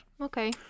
Okay